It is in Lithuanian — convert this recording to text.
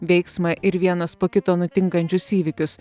veiksmą ir vienas po kito nutinkančius įvykius